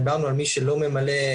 דיברנו על מי שלא ממלא,